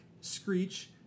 Screech